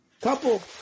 couple